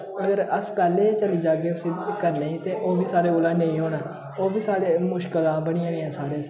अगर अस पैह्ले चली जाह्गे उसी करने ते ओह् बी साढ़े कोला नेईं होना ओह् बी साढ़े मुश्कलां बनी जानियां साढ़े आस्तै